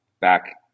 back